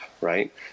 Right